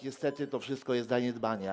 Niestety, to wszystko jest zaniedbane.